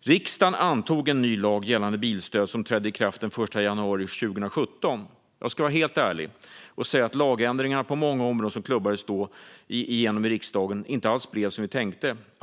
Riksdagen antog en ny lag gällande bilstöd som trädde i kraft den 1 januari 2017. Jag ska vara helt ärlig och säga att de lagändringar på området som då klubbades igenom i riksdagen inte alls blev som vi tänkt.